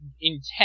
intent